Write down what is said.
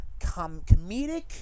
comedic